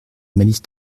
malice